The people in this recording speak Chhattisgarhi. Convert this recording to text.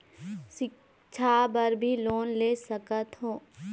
सिक्छा बर भी लोन ले सकथों?